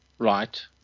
Right